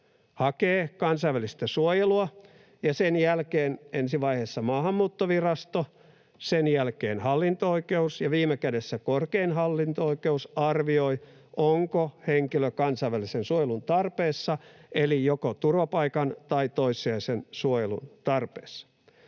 hakee kansainvälistä suojelua ja sen jälkeen ensi vaiheessa Maahanmuuttovirasto, sen jälkeen hallinto-oikeus ja viime kädessä korkein hallinto-oikeus arvioivat, onko henkilö kansainvälisen suojelun tarpeessa eli joko turvapaikan tai toissijaisen suojelun tarpeessa.